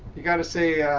you got to say